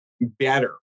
better